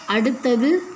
அடுத்தது